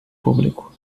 público